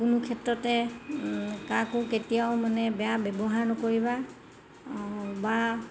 কোনো ক্ষেত্ৰতে কাকো কেতিয়াও মানে বেয়া ব্যৱহাৰ নকৰিবা বা